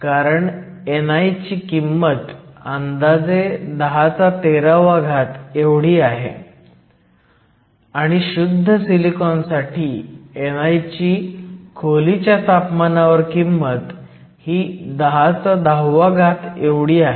कारण ni ची किंमत अंदाजे 1013 आहे आणि शुद्ध सिलिकॉन साठी ni ची खोलीच्या तापमानावर किंमत ही 1010 आहे